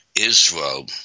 Israel